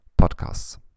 podcasts